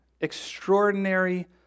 extraordinary